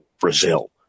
Brazil